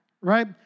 right